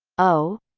o,